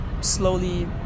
Slowly